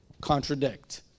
contradict